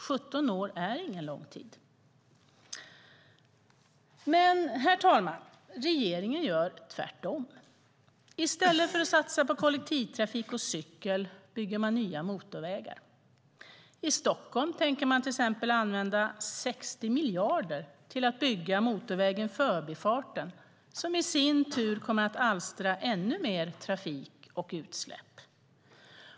17 år är ingen lång tid. Herr talman! Regeringen gör dock tvärtom. I stället för att satsa på kollektivtrafik och cykel bygger man nya motorvägar. I Stockholm tänker man till exempel använda 60 miljarder till att bygga motorvägen Förbifarten, som i sin tur kommer att alstra ännu mer trafik och utsläpp.